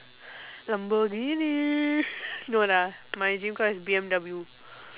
lamborghini no lah my dream car is B_M_W